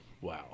Wow